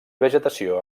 vegetació